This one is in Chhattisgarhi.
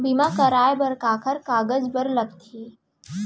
बीमा कराय बर काखर कागज बर लगथे?